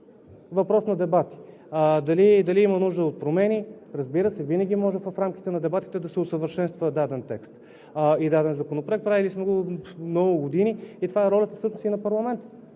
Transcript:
въпрос на дебати. А дали има нужда от промени – разбира се, винаги може в рамките на дебатите да се усъвършенства даден текст и даден законопроект. Правили сме го много години, това е ролята всъщност и на парламента